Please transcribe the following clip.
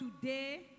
today